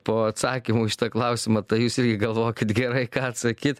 po atsakymu į šitą klausimą tai jūs irgi galvokit gerai ką atsakyt